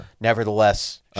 nevertheless